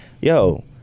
yo